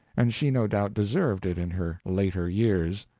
and she no doubt deserved it in her later years,